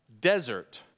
desert